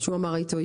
כשהוא אמר "עיתוי".